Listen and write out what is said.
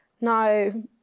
No